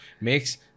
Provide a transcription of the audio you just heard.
makes